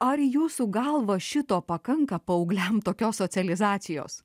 ar jūsų galva šito pakanka paaugliam tokios socializacijos